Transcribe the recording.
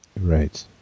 right